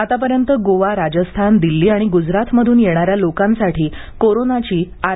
आतापर्यंत गोवा राजस्थान दिल्ली आणि गुजराथ मधून येणाऱ्या लोकांसाठी कोरोनाची आर